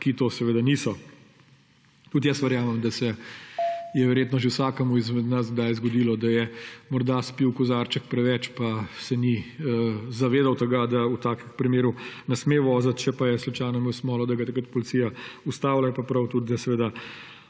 ki to seveda niso. Tudi jaz verjamem, da se je verjetno že vsakemu izmed nas kdaj zgodilo, da je morda spil kozarček preveč pa se ni zavedal tega, da v takem primeru ne sme voziti, če pa je slučajno imel smolo, da ga je takrat policija ustavila, je pa tudi prav, da